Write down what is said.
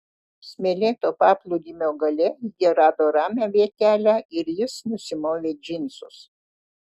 smėlėto paplūdimio gale jie rado ramią vietelę ir jis nusimovė džinsus